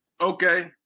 Okay